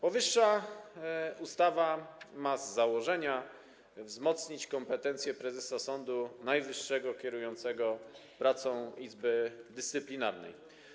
Powyższa ustawa ma z założenia wzmocnić kompetencje prezesa Sądu Najwyższego kierującego pracą Izby Dyscyplinarnej.